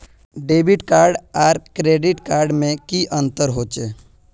Debit card आर credit card में की अंतर होचे?